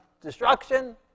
destruction